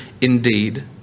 indeed